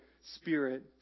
spirit